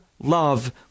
Love